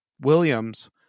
williams